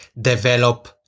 develop